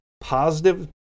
positive